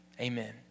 Amen